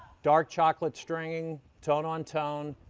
dark chocolate strings, tone on tone,